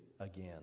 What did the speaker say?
again